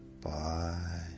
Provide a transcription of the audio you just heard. bye